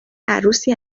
عروسی